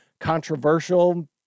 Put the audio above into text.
controversial